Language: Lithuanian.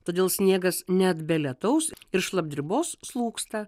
todėl sniegas net be lietaus ir šlapdribos slūgsta